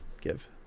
give